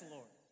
Lord